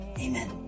Amen